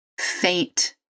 faint